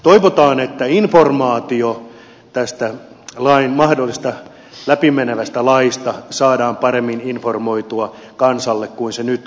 toivotaan että informaatio tästä mahdollisesti läpi menevästä laista saadaan paremmin vietyä kansalle kuin nyt